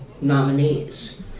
nominees